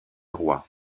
roi